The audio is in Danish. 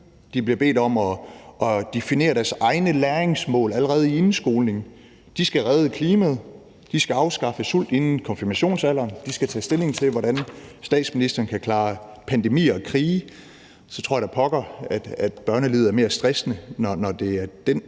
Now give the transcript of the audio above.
de bliver bedt om at definere deres egne læringsmål allerede i indskolingen, de skal redde klimaet, de skal afskaffe sult inden konfirmationsalderen, de skal tage stilling til, hvordan statsministeren kan klare pandemier og krige. Så tror da pokker, at børnelivet er mere stressende, når det er den